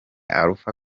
alpha